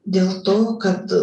dėl to kad